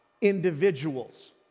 individuals